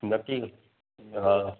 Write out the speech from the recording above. नक्की हा